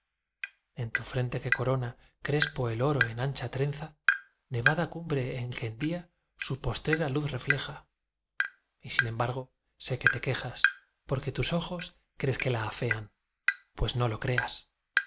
es tu frente que corona crespo el oro en ancha trenza nevada cumbre en que el día su postrera luz refleja y sin embargo sé que te quejas porque tus ojos crees que la afean pues no lo creas que